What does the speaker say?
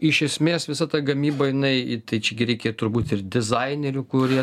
iš esmės visa ta gamyba jinai tai čia gi reikia turbūt ir dizainerių kurie